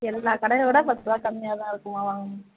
எல்லா கடையில் விட பத்துரூபா கம்மியாக தான் இருக்குதும்மா வாங்கம்மா